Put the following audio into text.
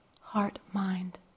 heart-mind